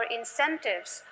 incentives